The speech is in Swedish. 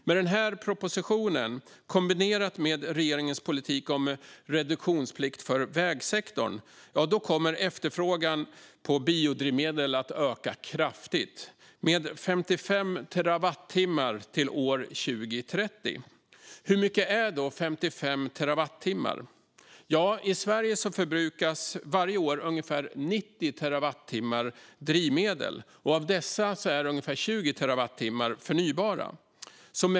Med den här propositionen, kombinerat med regeringens politik om reduktionsplikt för vägsektorn kommer efterfrågan på biodrivmedel att öka kraftigt till 55 terawattimmar år 2030. Hur mycket är då 55 terawattimmar? I Sverige förbrukas varje år ungefär 90 terawattimmar drivmedel. Av dessa är ungefär 20 terawattimmar förnybara.